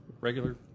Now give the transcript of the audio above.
regular